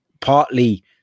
partly